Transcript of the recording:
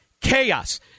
chaos